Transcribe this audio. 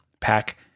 pack